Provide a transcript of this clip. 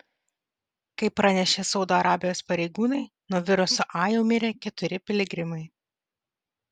kaip pranešė saudo arabijos pareigūnai nuo viruso a jau mirė keturi piligrimai